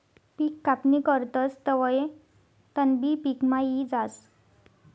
पिक कापणी करतस तवंय तणबी पिकमा यी जास